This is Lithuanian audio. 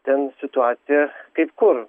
ten situacija kaip kur